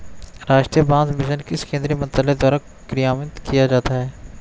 राष्ट्रीय बांस मिशन किस केंद्रीय मंत्रालय द्वारा कार्यान्वित किया जाता है?